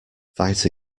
fight